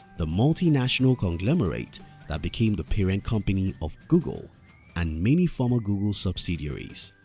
the multinational conglomerate that became the parent company of google and many former google subsidiaries.